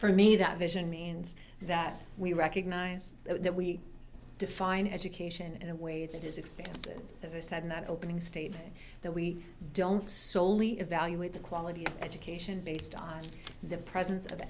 for me that vision means that we recognize that we define education in a way that is extensive as i said in that opening statement that we don't solely evaluate the quality of education based on the presence of